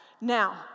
Now